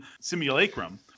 simulacrum